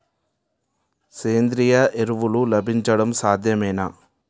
సేంద్రీయ ఎరువులు లభించడం సాధ్యమేనా?